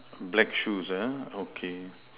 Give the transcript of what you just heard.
black shoes ah okay